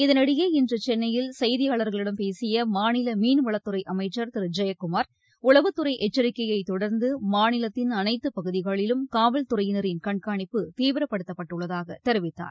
இதனிடையே இன்று சென்னையில் செய்தியாளர்களிடம் பேசிய மாநில மீன்வளத்துறை அமைச்சர் திரு ஜெயக்குமார் உளவுத்துறை எச்சரிக்கையைத் தொடர்ந்து மாநிலத்தின் அனைத்து பகுதிகளிலும் காவல்துறையினரின் கண்காணிப்பு தீவிரப்படுத்தப்பட்டுள்ளதாக தெரிவித்தார்